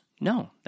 No